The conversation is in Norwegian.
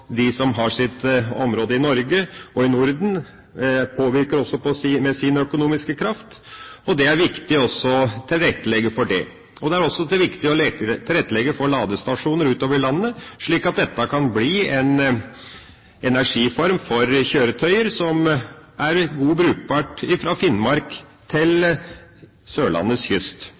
i Norden, påvirker med sin økonomiske kraft, og det er viktig å tilrettelegge for det. Det er også viktig å tilrettelegge for ladestasjoner utover i landet, slik at dette kan bli en energiform for kjøretøyer som er godt brukbare fra Finnmark til Sørlandets kyst.